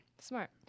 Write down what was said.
smart